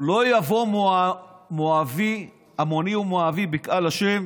לא יבוא עמוני ומואבי בקהל השם